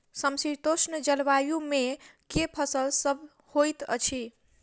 समशीतोष्ण जलवायु मे केँ फसल सब होइत अछि?